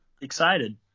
excited